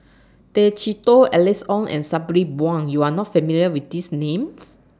Tay Chee Toh Alice Ong and Sabri Buang YOU Are not familiar with These Names